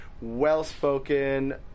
well-spoken